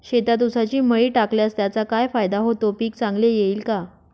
शेतात ऊसाची मळी टाकल्यास त्याचा काय फायदा होतो, पीक चांगले येईल का?